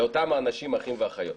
לאותם האנשים האחים והאחיות.